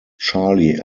charlie